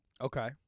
Okay